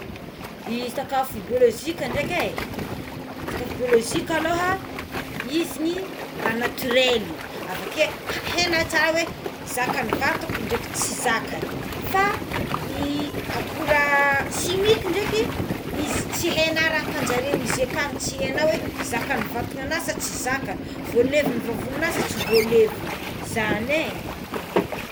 Ny sakafo biolozika dreky é sakafo biolozika aloha izy igny raha natirely avakeo hainao tsara oé zakan'ny vatako dreky tsy zakany fa i akora simiky ndreky izy tsy hainao raha ataonjaré io izy akany tsy hainao oé zakan'ny vatananao ve sa tsy zakany voalevign'ny vavonigna sa tsy voalevigny zany é.